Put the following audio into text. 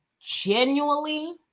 genuinely